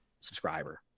subscriber